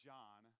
John